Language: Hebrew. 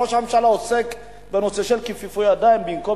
ראש הממשלה עוסק בנושא של כיפופי ידיים במקום